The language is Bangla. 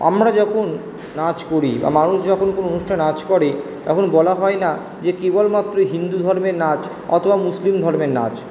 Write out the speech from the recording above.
আমরা যখন নাচ করি বা মানুষ যখন কোনো অনুষ্ঠানে নাচ করে তখন বলা হয় না যে কেবলমাত্র হিন্দু ধর্মের নাচ অথবা মুসলিম ধর্মের নাচ